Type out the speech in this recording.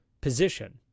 position